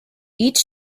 each